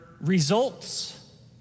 Results